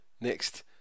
Next